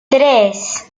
tres